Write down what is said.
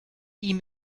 ihm